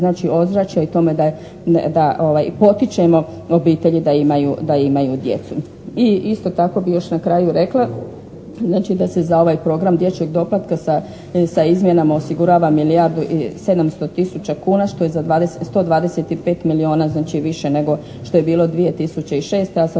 znači ozračje i tome da potičemo obitelji da imaju djecu. I isto tako bih još na kraju rekla znači da se za ovaj program dječjeg doplatka sa izmjenama osigurava milijardu i 700 tisuća kuna što je za 125 milijuna znači više nego što je bilo 2006., a sa 142